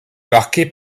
marqué